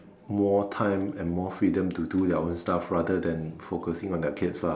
more time and more freedom to do their own stuff rather than focusing on their kids lah